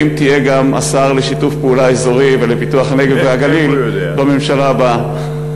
האם תהיה השר לשיתוף פעולה אזורי ולפיתוח הנגב והגליל גם בממשלה הבאה?